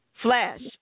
Flash